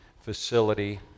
facility